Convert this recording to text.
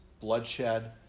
bloodshed